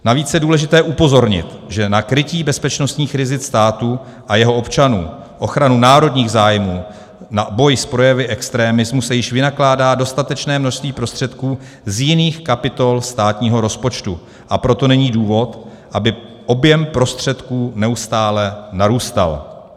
Navíc je důležité upozornit, že na krytí bezpečnostních rizik státu a jeho občanů, ochranu národních zájmů, na boj s projevy extremismu se již vynakládá dostatečné množství prostředků z jiných kapitol státního rozpočtu, a proto není důvod, aby objem prostředků neustále narůstal.